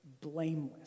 blameless